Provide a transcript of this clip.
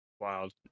wild